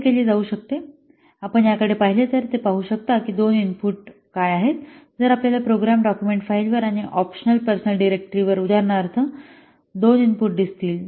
कसे केले जाऊ शकते आपण याकडे पाहिले तर आपण ते पाहू शकता की 2 इनपुट काय आहेत जर आपल्याला प्रोग्राम डॉक्युमेंट फाइलवर आणि ऑपशनल पर्सनल डिरेक्टरी वर उदाहरणार्थ 2 इनपुट दिसतील